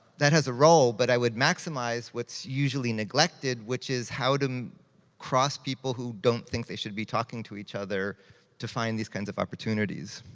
that has a role, but i would maximize what's usually neglected, which is how to um cross people who don't think they should be talking to each other to find these kinds of opportunities.